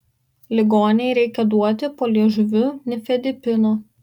ligonei reikia duoti po liežuviu nifedipino